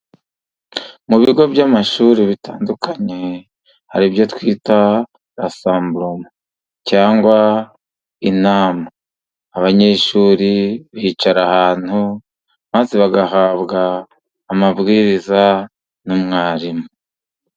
Mu bigo by'amashuri bitandukanye hari ibyo twita rasamburoma cyangwa inama. Abanyeshuri bicara ahantu, maze bagahabwa amabwiriza n'umwarimu.